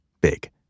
big